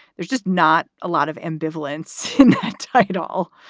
there's just not a lot of ambivalence at all.